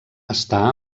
està